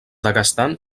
daguestan